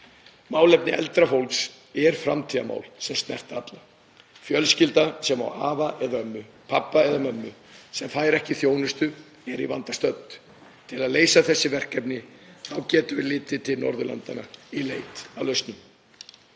Málefni eldra fólks eru framtíðarmál sem snerta alla. Fjölskylda sem á afa eða ömmu, pabba eða mömmu sem fær ekki þjónustu er í vanda stödd. Til að leysa þessi verkefni getum við litið til Norðurlandanna í leit að lausnum.